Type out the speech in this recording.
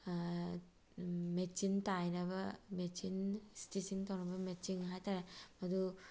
machine ꯇꯥꯏꯅꯕ machine ꯏꯁꯇꯤꯠꯆꯤꯡ ꯇꯧꯅꯕ ꯃꯦꯆꯤꯟ ꯍꯥꯏꯇꯥꯔꯦ ꯑꯗꯣ